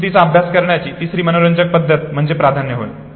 स्मृतीचा अभ्यास करण्याची तिसरी मनोरंजक पद्धत म्हणजे प्राधान्य होय